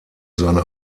seine